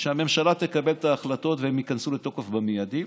שהממשלה תקבל את ההחלטות והן ייכנסו לתוקף במיידי,